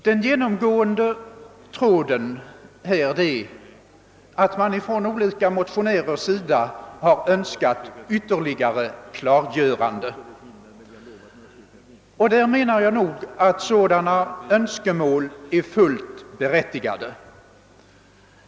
Den genomgående tråden är att man från olika motionärers sida önskat ytterligare klargöranden. Jag anser nog att sådana önskemål är fullt berätiigade.